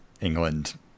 England